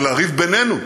זה לריב בינינו.